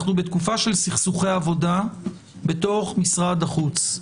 אנחנו בתקופה של סכסוכי עבודה בתוך משרד החוץ.